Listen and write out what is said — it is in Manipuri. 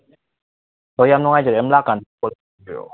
ꯍꯣꯏ ꯌꯥꯝ ꯅꯨꯡꯉꯥꯏꯖꯔꯦ ꯑꯗꯨꯝ ꯂꯥꯛꯑ ꯀꯥꯟꯗ